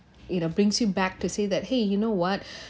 you know brings you back to say that !hey! you know what